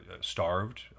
starved